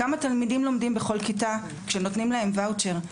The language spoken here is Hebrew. כמה תלמידים לומדים בכל כיתה כשנותנים להם ואוצ'ר?